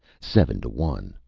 seven to one.